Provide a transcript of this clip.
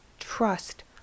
trust